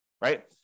right